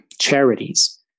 charities